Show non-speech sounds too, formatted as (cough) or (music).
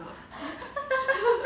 (laughs)